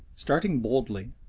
starting boldly,